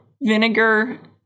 vinegar